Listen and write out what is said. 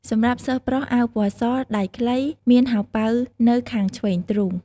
សម្រាប់សិស្សប្រុស អាវពណ៌ស ដៃខ្លី មានហោប៉ៅនៅខាងឆ្វេងទ្រូង។